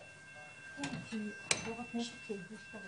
אני מתכבד לפתוח את ישיבת ועדת הכנסת.